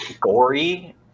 Gory